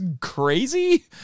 crazy